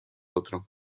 otro